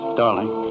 darling